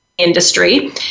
industry